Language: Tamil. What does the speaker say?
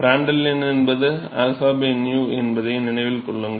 பிராண்டல் எண் என்பது 𝞪 𝝂 என்பதை நினைவில் கொள்ளுங்கள்